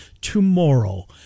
tomorrow